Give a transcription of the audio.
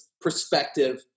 perspective